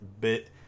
bit